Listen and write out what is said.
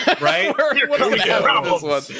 Right